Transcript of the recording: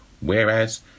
whereas